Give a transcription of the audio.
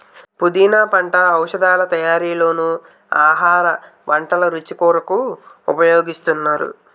పుదీనా పంట ఔషధాల తయారీలోనూ ఆహార వంటల రుచి కొరకు ఉపయోగిస్తున్నారు